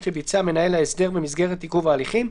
שביצע מנהל ההסדר במסגרת עיכוב ההליכים,